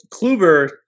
Kluber